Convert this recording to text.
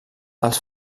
els